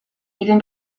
even